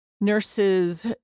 nurses